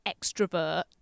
extrovert